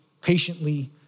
patiently